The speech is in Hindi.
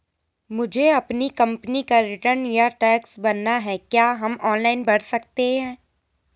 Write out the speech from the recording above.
मुझे अपनी कंपनी का रिटर्न या टैक्स भरना है क्या हम ऑनलाइन भर सकते हैं?